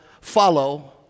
follow